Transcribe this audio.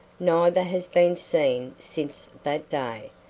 neither has been seen since that day,